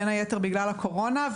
בין היתר בגלל הקורונה,